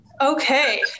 Okay